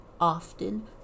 often